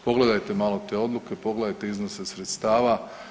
Pogledajte malo te odluke, pogledajte iznose sredstava.